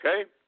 okay